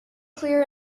clear